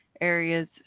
areas